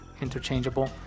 interchangeable